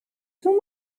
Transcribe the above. too